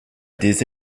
des